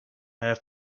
have